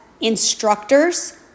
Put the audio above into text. Instructors